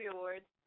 Awards